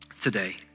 today